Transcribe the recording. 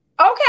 Okay